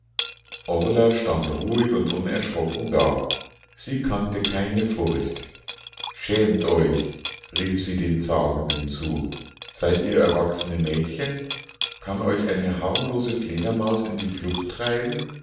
stand ruhig und unerschrocken da sie kannte keine furcht schämt euch rief sie den zagenden zu seid ihr erwachsene mädchen kann euch eine harmlose fledermaus in die flucht treiben